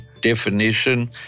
definition